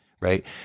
right